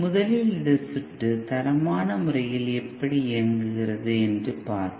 முதலில் இந்த சற்று தரமான முறையில் எப்படி இயங்குகிறது என்று பார்ப்போம்